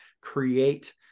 create